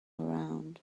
around